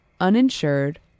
uninsured